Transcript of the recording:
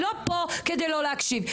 היא לא פה כדי לא להקשיב,